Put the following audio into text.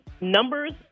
numbers